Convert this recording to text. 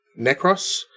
Necros